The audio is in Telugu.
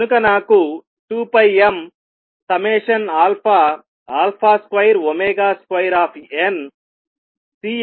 కనుక నాకు2πm22CC α వస్తుంది